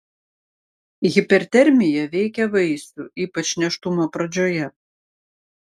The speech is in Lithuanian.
hipertermija veikia vaisių ypač nėštumo pradžioje